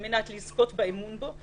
על מנת לזכות באמון בו,